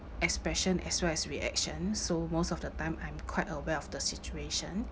expression as well as reaction so most of the time I'm quite aware of the situation